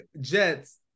jets